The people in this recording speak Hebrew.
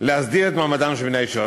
להסדיר את מעמדם של בני הישיבה,